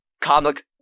comic